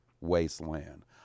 Wasteland